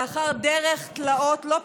לאחר דרך תלאות לא פשוטה,